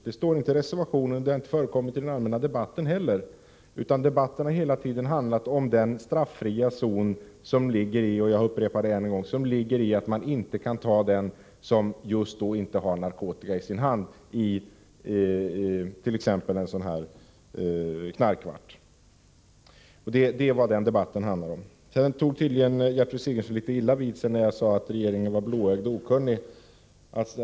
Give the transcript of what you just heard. Det står inte i reservationen, det har heller inte förekommit i den allmänna debatten, utan debatten har hela tiden handlat om den straffria zon — jag upprepar det — som ligger i det förhållandet att man t.ex. i en knarkkvart inte kan ta den som just då inte har narkotika i sin hand. Detta är vad den debatten handlar om. Sedan tog tydligen Gertrud Sigurdsen litet illa vid sig, när jag sade att regeringen var blåögd och okunnig.